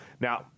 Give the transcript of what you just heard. Now